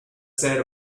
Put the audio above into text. said